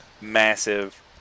massive